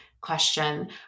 question